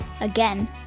again